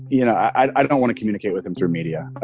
you know, i don't want to communicate with him through media.